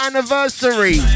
Anniversary